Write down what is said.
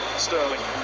Sterling